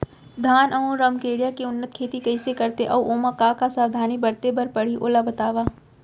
धान अऊ रमकेरिया के उन्नत खेती कइसे करथे अऊ ओमा का का सावधानी बरते बर परहि ओला बतावव?